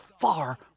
far